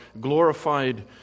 glorified